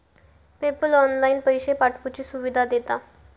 PayPal online पैशे पाठवुची सुविधा देता